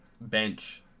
Bench